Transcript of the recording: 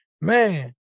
Man